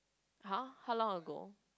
!huh! how long ago